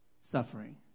suffering